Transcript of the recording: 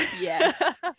Yes